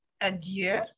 adieu